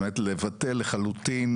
באמת לבטל לחלוטין,